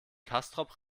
castrop